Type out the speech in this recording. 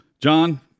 John